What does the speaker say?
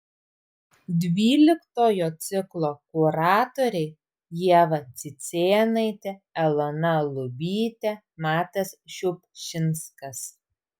dvyliktojo ciklo kuratoriai ieva cicėnaitė elona lubytė matas šiupšinskas